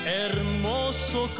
hermoso